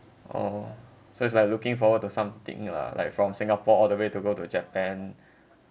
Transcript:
oh so it's like looking forward to something lah like from singapore all the way to go to japan